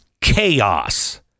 chaos